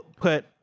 put